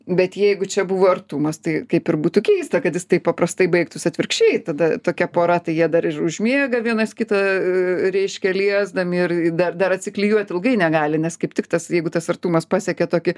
bet jeigu čia buvo artumas tai kaip ir būtų keista kad jis taip paprastai baigtųsi atvirkščiai tada tokia pora tai jie dar ir užmiega vienas kitą reiškia liesdami ir dar dar atsiklijuot ilgai negali nes kaip tik tas jeigu tas artumas pasiekia tokį